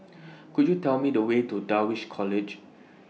Could YOU Tell Me The Way to Dulwich College